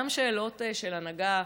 גם שאלות של הנהגה,